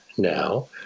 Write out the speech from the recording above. now